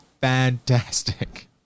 fantastic